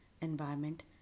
environment